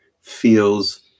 feels